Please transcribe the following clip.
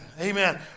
Amen